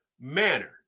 manner